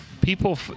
people